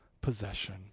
possession